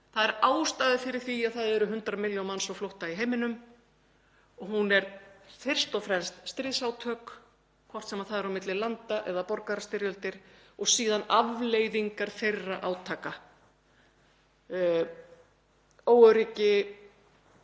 Það er ástæða fyrir því að 100 milljónir manna eru á flótta í heiminum og hún er fyrst og fremst stríðsátök, hvort sem það er á milli landa eða borgarastyrjaldir, og síðan afleiðingar slíkra átaka, óöryggi,